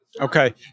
Okay